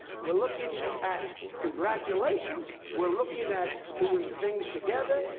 we are looking at congratulations, we are looking at doing things together,